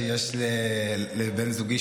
לא לנהל את הדיון במליאה.